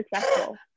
successful